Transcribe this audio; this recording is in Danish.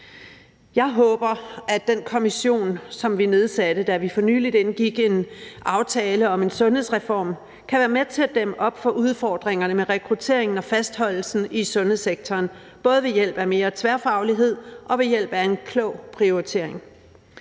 Jeg håber, at den kommission, som vi nedsatte, da vi for nylig indgik en aftale om en sundhedsreform, kan være med til at dæmme op for udfordringerne med rekrutteringen og fastholdelsen i sundhedssektoren, både ved hjælp af mere tværfaglighed og ved hjælp af en klog prioritering.